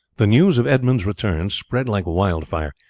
the news of edmund's return spread like wildfire,